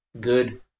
good